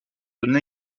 zone